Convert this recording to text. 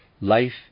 life